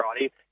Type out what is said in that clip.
right